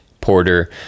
porter